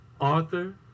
Arthur